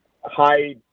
high